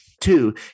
Two